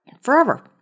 forever